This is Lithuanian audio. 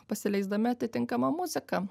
pasileisdami atitinkamą muziką